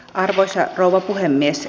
arvoisa rouva puhemies